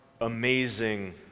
amazing